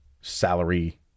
salary